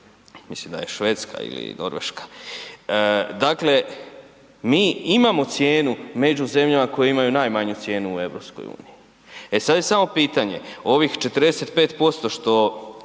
mislim da je Švedska ili Norveška. Dakle mi imamo cijenu među zemljama koje imaju najmanju cijenu u EU. E sad je samo pitanje ovih 45% što